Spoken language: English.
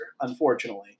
Unfortunately